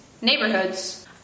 neighborhoods